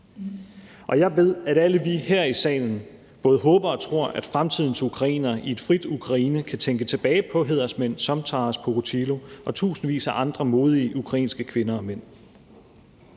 Jeg ved, at alle vi her i salen både håber og tror, at fremtidens ukrainere i et frit Ukraine kan tænke tilbage på hædersmænd som Taras Pokotilo og tusindvis af andre modige ukrainske kvinder og mænd.